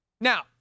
Now